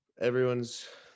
everyone's